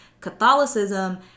Catholicism